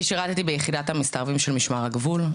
אני שירתי ביחידת המסתערבים של משמר הגבול.